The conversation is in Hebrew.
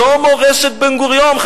זו מורשת בן-גוריון,